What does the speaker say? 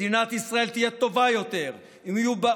מדינת ישראל תהיה טובה יותר אם יהיו בה